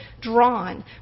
drawn